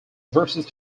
versus